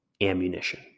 ammunition